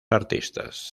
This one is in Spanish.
artistas